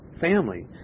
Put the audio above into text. family